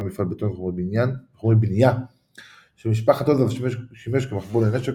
מפעל בטון וחומרי בנייה של משפחת עוז ואף שימש כמחבוא לנשק